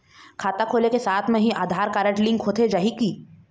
खाता खोले के साथ म ही आधार कारड लिंक होथे जाही की?